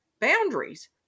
boundaries